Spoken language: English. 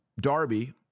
Darby